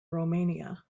romania